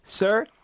sir